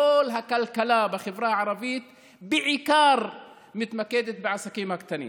כל הכלכלה בחברה הערבית מתמקדת בעיקר בעסקים הקטנים.